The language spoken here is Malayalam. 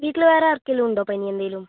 വീട്ടിൽ വേറെയാർക്കെങ്കിലുമുണ്ടോ പനി എന്തെങ്കിലും